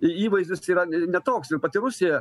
įvaizdis yra ne toks ir pati rusija